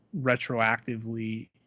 retroactively